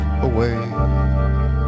away